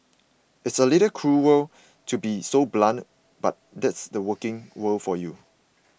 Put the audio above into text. it's a little cruel to be so blunt but that's the working world for you